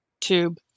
tube